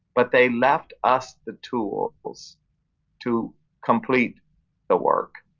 but they left us the tools to complete the work.